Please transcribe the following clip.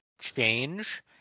change